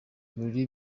ibirori